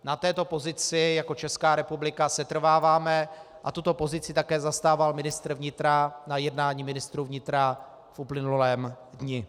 Na této pozici jako Česká republika setrváváme a tuto pozici také zastával ministr vnitra na jednání ministrů vnitra v uplynulém dni.